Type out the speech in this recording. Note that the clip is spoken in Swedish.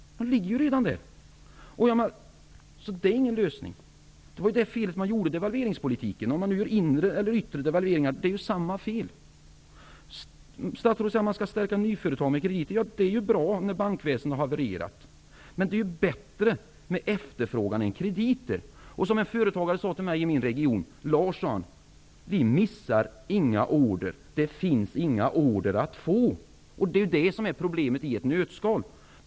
De ligger ju redan där, så det är ingen lösning. Det var det felet man gjorde i devalveringspolitiken. Vare sig man gör inre eller yttre devalveringar, är det samma fel. Statsrådet säger att man skall stärka nyföretagandet med krediter. Det är ju bra när bankväsendet har havererat. Men det är bättre med efterfrågan än med krediter. En företagare i min region sade till mig: '' Lars, vi missar inga order. Det finns inga order att få.'' Det är problemet i ett nötskal.